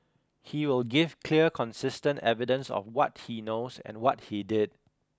he will give clear consistent evidence of what he knows and what he did